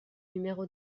numéro